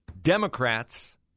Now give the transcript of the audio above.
Democrats